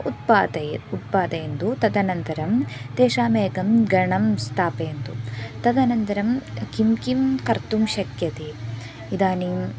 उत्पादयेत् उपादयन्तु तदनन्तरं तेषामेकं गणं स्थापयन्तु तदनन्तरं किं किं कर्तुं शक्यते इदानीम्